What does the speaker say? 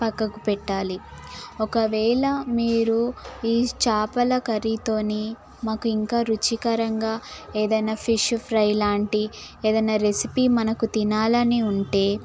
పక్కకు పెట్టాలి ఒకవేళ మీరు ఈ చేపల కర్రీతో మాకు ఇంకా రుచికరంగా ఏదైన్నా ఫిష్ ఫ్రై ఇలాంటి ఏదైనా రెసిపీ మనకు తినాలని ఉంటే